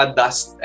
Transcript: dust